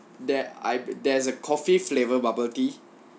that I there's a coffee flavor bubble tea